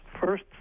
first